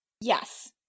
Yes